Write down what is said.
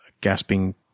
Gasping